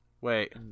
Wait